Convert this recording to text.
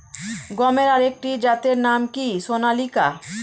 গমের আরেকটি জাতের নাম কি সোনালিকা?